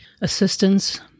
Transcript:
assistance